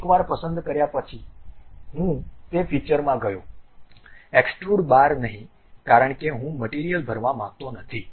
એકવાર પસંદ કર્યા પછી હું તે ફિચરમાં ગયો એક્સ્ટ્રુડ બાર નહીં કારણ કે હું મટીરીયલ ભરવા માંગતો નથી